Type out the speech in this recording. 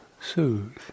soothe